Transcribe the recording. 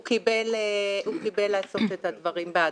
הוא קיבל לעשות את הדברים בהדרגה.